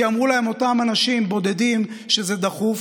כי אמרו להם, אותם אנשים בודדים, שזה דחוף.